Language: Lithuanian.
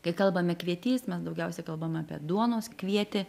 kai kalbame kvietys mes daugiausia kalbam apie duonos kvietį